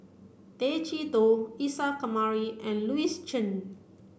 Tay Chee Toh Isa Kamari and Louis Chen